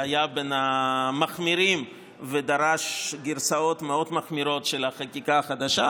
שהיה בין המחמירים ודרש גרסאות מאוד מחמירות של החקיקה החדשה,